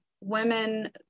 women